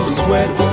sweat